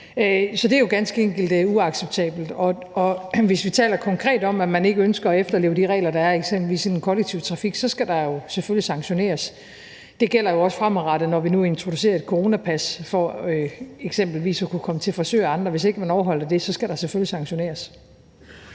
Så det er jo ganske enkelt uacceptabelt, og hvis vi taler konkret om, at man ikke ønsker at efterleve de regler, der er, eksempelvis i den kollektive trafik, så skal der jo selvfølgelig sanktioneres. Det gælder jo også fremadrettet, når vi nu introducerer et coronapas for eksempelvis at kunne komme til frisør og andet, at der, hvis ikke man overholder det, så selvfølgelig skal sanktioneres.